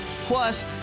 Plus